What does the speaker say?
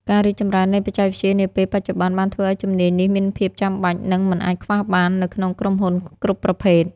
ការរីកចម្រើននៃបច្ចេកវិទ្យានាពេលបច្ចុប្បន្នបានធ្វើឱ្យជំនាញនេះមានភាពចាំបាច់និងមិនអាចខ្វះបាននៅក្នុងក្រុមហ៊ុនគ្រប់ប្រភេទ។